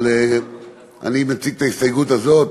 אבל אני מציג את ההסתייגות הזאת